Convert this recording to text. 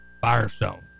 Firestone